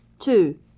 two